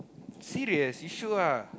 serious you sure ah